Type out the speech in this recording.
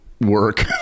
work